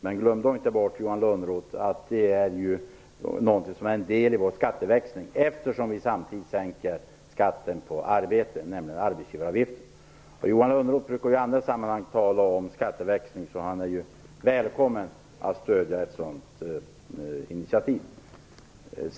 Men glöm då inte bort, Johan Lönnroth, att detta är en del av vårt förslag till skatteväxling - samtidigt vill vi sänka skatten på arbete, arbetsgivaravgiften. Johan Lönnroth brukar ju i andra sammanhang tala om en skatteväxling. Han är välkommen att stödja vårt initiativ.